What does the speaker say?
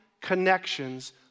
connections